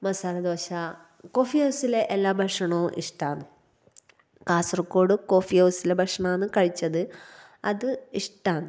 masala dosa coffee ഹൗസിലെ എല്ലാ ഭക്ഷണവും ഇഷ്ടമാണ് കാസര്കോഡ് കോഫീഹൗസിലെ ഭക്ഷണമാണ് കഴിച്ചത് അത് ഇഷ്ടമാണ്